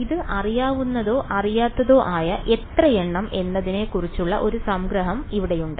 ഇത് അറിയാവുന്നതോ അറിയാത്തതോ ആയ എത്രയെണ്ണം എന്നതിനെ കുറിച്ചുള്ള ഒരു സംഗ്രഹം ഇവിടെയുണ്ട്